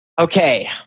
Okay